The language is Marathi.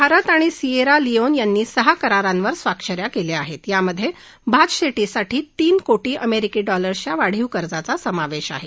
भारत आणि सियेरा लियोन यांनी सहा करारांवर स्वाक्ष या केल्या आहेत यामधे भात शेतीसाठी तीन कोटी अमेरिकी डॉलर्सच्या वाढीव कर्जाचा समावेश आहे